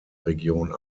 region